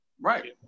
Right